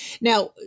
Now